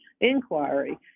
inquiry